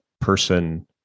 person